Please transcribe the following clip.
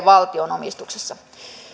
valtion omistuksessa